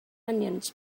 onions